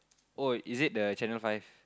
oh is it the channel five